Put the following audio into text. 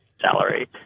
salary